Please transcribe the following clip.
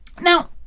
Now